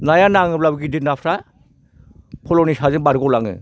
नाया नाङोब्लाबो गिदिर नाफ्रा फल'नि साजों बारग' लाङो